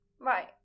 Right